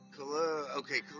Okay